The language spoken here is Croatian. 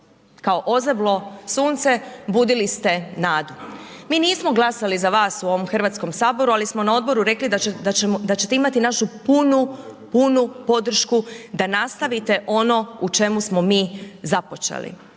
kao ozeblo sunce, budili ste nadu. Mi nismo glasali za vas u ovom Hrvatskom saboru ali smo na odboru rekli da ćete imati našu punu podršku da nastavite ono u čemu smo mi započeli,